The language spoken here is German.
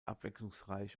abwechslungsreich